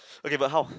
okay but how